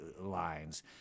lines